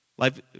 Life